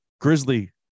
grizzly